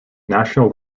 national